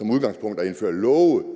som udgangspunkt er tåbeligt